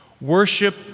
Worship